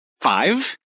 Five